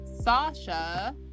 Sasha